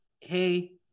hey